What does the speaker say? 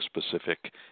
specific